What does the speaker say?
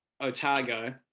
Otago